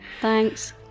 Thanks